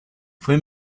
fue